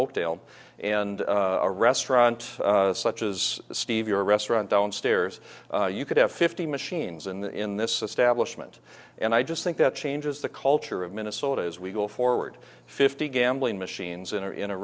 oakdale and a restaurant such as steve your restaurant downstairs you could have fifty machines in this stablish mint and i just think that changes the culture of minnesota as we go forward fifty gambling machines in or in a